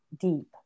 deep